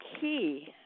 key